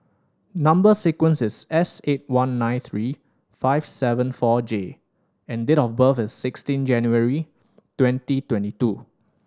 number sequence is S eight one nine three five seven four J and date of birth is sixteen January twenty twenty two